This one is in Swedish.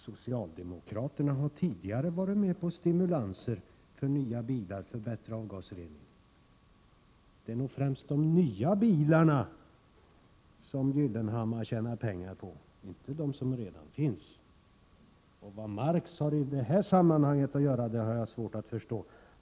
Socialdemokraterna har tidigare varit med på stimulanser för bättre avgasrening i nya bilar. Det är nog främst de nya bilarna som Gyllenhammar tjänar pengar på, inte på dem som redan finns. Vad Marx har i det här sammanhanget att göra har jag svårt att förstå.